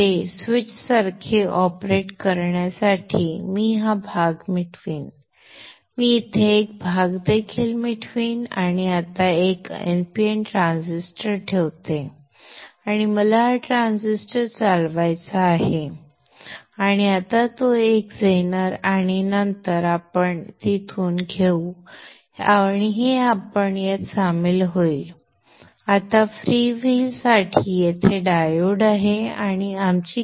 ते स्विच सारखे ऑपरेट करण्यासाठी मी हा भाग मिटवीन मी येथे एक भाग देखील मिटवीन आणि आता एक NPN ट्रान्झिस्टर ठेवतो आणि मला हा ट्रान्झिस्टर चालवायचा आहे आणि आता एक झेनर आणि नंतर आपण तिथून घेऊ आणि हे आपण त्यात सामील होईल आता फ्रीव्हील साठी येथे डायोड आवश्यक आहे